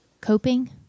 Coping